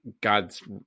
God's